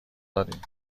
دادیم